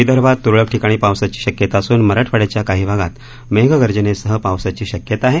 विदर्भात तुरळक ठिकाणी पावसाची शक्यता असून मराठवाड्याच्या काही भागात मेघगर्जनेसह पावसाची शक्यता आहे